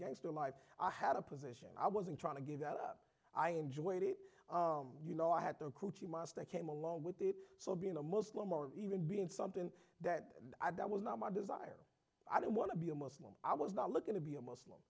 gangster life i had a position i wasn't trying to give that up i enjoyed it you know i had to recruit you must i came along with it so being a muslim or even being something that i that was not my desire i didn't want to be a muslim i was not looking to be a m